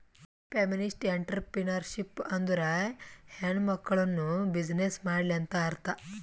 feminist entrepreneurship ಅಂದುರ್ ಹೆಣ್ಮಕುಳ್ನೂ business ಮಾಡ್ಲಿ ಅಂತ್ ಅರ್ಥಾ